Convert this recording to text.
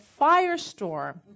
firestorm